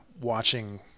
watching